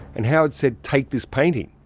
and howard said take this painting.